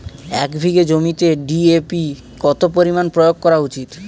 এক বিঘে জমিতে ডি.এ.পি কত পরিমাণ প্রয়োগ করা উচিৎ?